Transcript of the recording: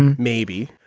maybe.